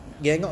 ya